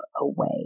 away